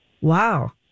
Wow